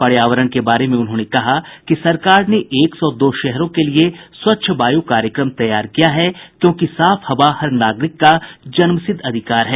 पर्यावरण के बारे में उन्होंने कहा कि सरकार ने एक सौ दो शहरों के लिए स्वच्छ वायु कार्यक्रम तैयार किया है क्योंकि साफ हवा हर नागरिक का जन्मसिद्ध अधिकार है